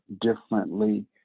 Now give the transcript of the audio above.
differently